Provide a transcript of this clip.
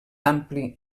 ampli